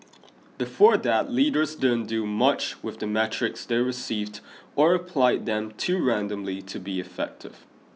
before that leaders didn't do much with the metrics they received or applied them too randomly to be effective